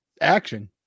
action